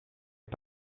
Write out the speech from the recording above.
pas